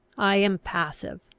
i am passive.